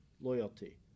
loyalty